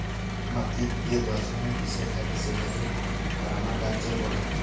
মাটির যে দর্শলের বিষয় থাকে সেটাকে পারমাকালচার ব্যলে